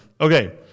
Okay